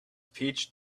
peach